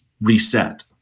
reset